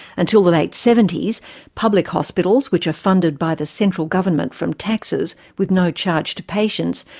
until the late seventy s public hospitals, which are funded by the central government from taxes with no charge to patients,